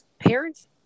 parents